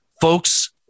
Folks